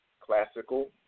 classical